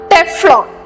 Teflon